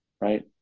right